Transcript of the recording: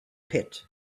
pit